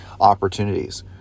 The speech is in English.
opportunities